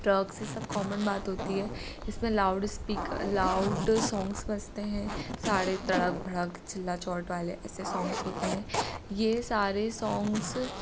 drugs ये सब common बात होती है इसमें लाउडस्पीकर लाउड सोंग्स बजते हैं सारे तड़क भड़क चिल्ला चोट वाले ऐसे सोंग्स होते हैं ये सारे सोंग्स